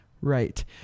right